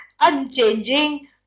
unchanging